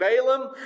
Balaam